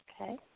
Okay